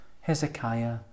Hezekiah